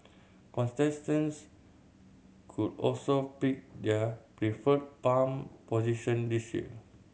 contestants could also pick their preferred palm position this year